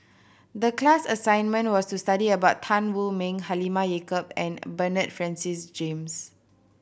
the class assignment was to study about Tan Wu Meng Halimah Yacob and Bernard Francis James